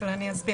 אבל אני אסביר.